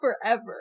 forever